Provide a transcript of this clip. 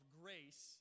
grace